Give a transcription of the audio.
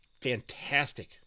fantastic